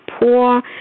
poor